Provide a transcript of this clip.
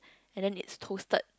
and then it's toasted